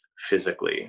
physically